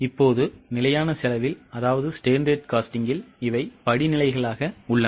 இப்போது நிலையான செலவில் இவை படிநிலைகளாக உள்ளன